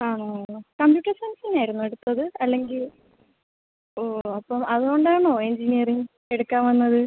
ആ ഓ ഓ ഓ കമ്പ്യൂട്ടർ സയൻസ് തന്നെ ആയിരുന്നോ എടുത്തത് അല്ലെങ്കിൽ ഓ അപ്പം അതുകൊണ്ട് ആണോ എഞ്ചിനീയറിംഗ് എടുക്കാൻ വന്നത്